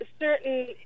certain